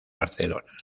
barcelona